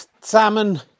salmon